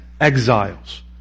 exiles